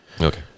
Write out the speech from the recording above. Okay